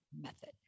Method